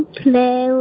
play